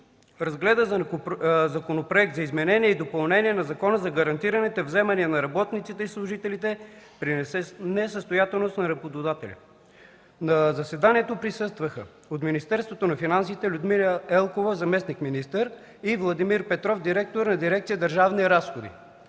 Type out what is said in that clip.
разгледа Законопроекта за изменение и допълнение на Закона за гарантираните вземания на работниците и служителите при несъстоятелност на работодателя. На заседанието присъстваха: от Министерството на финансите Людмила Елкова – заместник-министър, и Владимир Петров – директор на Дирекция „Държавни разходи“;